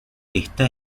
está